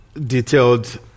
detailed